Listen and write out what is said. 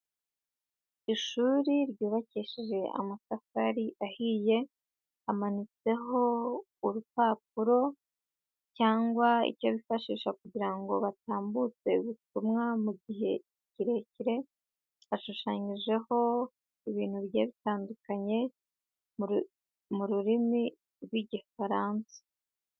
Ishuri ryubakishije amatafari ahiye hamanitseho urupapuro cyangwa icyo bifashisha kugira ngo batambutse ubutumwa mu gihe kirekire, hashushanyijeho ibintu bigiye bitandukanye mu rurimi rw'Igifaransa.